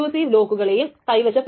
ഇത് വളരെ വളരെ ആകർഷകം ആണ്